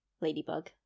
ladybug